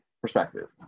perspective